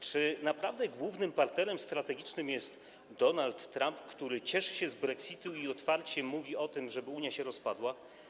Czy naprawdę głównym partnerem strategicznym jest Donald Trump, który cieszy się z Brexitu i otwarcie mówi o tym, żeby Unia się rozpadła?